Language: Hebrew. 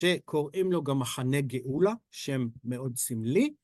שקוראים לו גם מחנה גאולה, שם מאוד סמלי.